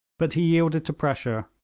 but he yielded to pressure,